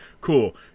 Cool